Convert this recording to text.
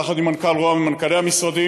יחד עם מנכ"ל ראש הממשלה ומנכ"לי המשרדים,